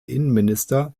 innenminister